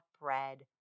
bread